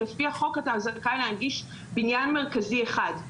לפי החוק אתה זכאי להנגיש בניין מרכזי אחד,